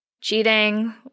cheating